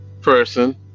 person